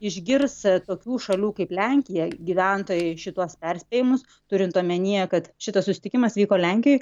išgirs tokių šalių kaip lenkija gyventojai šituos perspėjimus turint omenyje kad šitas susitikimas vyko lenkijoj